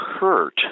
hurt